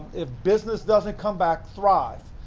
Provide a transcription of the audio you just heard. if business doesn't come back, thrive,